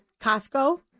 Costco